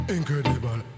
Incredible